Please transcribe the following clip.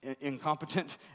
incompetent